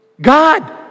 God